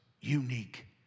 unique